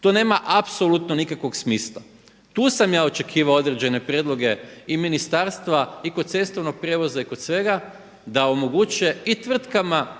To nema apsolutno nikakvog smisla. Tu sam ja očekivao određene prijedloge i ministarstva i kod cestovnog prijevoza i kod svega, da omogućuje i tvrtkama